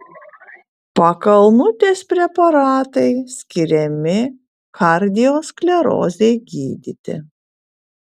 pakalnutės preparatai skiriami kardiosklerozei gydyti